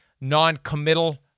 non-committal